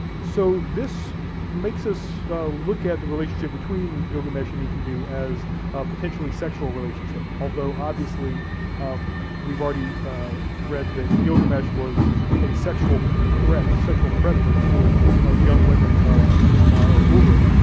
so this makes us look at the relationship between gilgamesh and enkidu as a potentially sexual relationship, although obviously we've already read that gilgamesh was a sexual threat, a sexual predator towards the young women of of uruk.